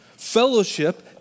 Fellowship